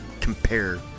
compare